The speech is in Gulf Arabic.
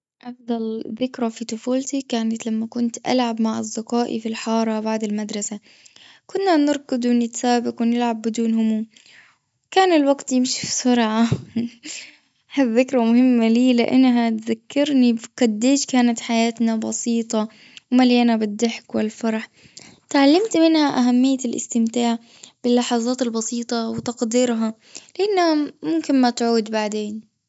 أفضل ذكرى في طفولتي كانت لما كنت ألعب مع أصدقائي بالحارة بعد المدرسة. كنا نركض ونتسابق ونلعب بدون هموم. وكان الوقت يمشي بسرعة. هالذكرى مهمة لي لأنها تذكرني قديش كانت حياتنا بسيطة. ومليانة بالضحك والفرح أتعلمت منها أهمية الأستمتاع باللحظات البسيطة وتقديرها إنها ممكن ما تعود بعدين.